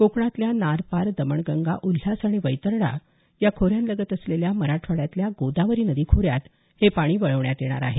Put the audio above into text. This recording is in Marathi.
कोकणातल्या नार पार दमणगंगा उल्हास आणि वैतरणा या खोऱ्यांलगत असलेल्या मराठवाड्यातल्या गोदावरी नदी खोऱ्यात हे पाणी वळवण्यात येणार आहे